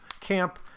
camp